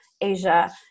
Asia